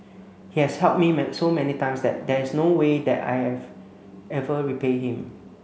he has helped me so many times that there is no way that I have ever repay him